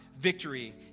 victory